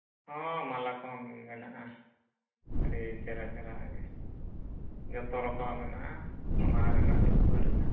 ᱦᱚᱸ ᱢᱟᱞᱟ ᱠᱚ ᱦᱚᱸ ᱢᱮᱱᱟᱜᱼᱟ ᱟᱹᱰᱤ ᱪᱮᱨᱦᱟ ᱪᱮᱨᱦᱟ ᱜᱮ ᱡᱚᱛᱚ ᱨᱚᱠᱚᱢᱟᱜ ᱢᱮᱱᱟᱜᱼᱟ ᱥᱚᱱᱟ ᱨᱮᱱᱟᱜ ᱨᱩᱯᱟᱹ ᱨᱮᱱᱟᱜ